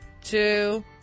two